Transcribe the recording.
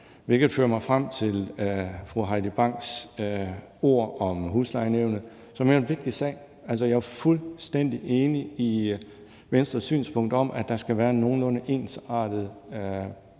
Det fører mig frem til fru Heidi Banks ord om huslejenævnene, som jo er en vigtig sag. Jeg er fuldstændig enig i Venstres synspunkt om, at der skal være en nogenlunde ensartet